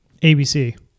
ABC